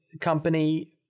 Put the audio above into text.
company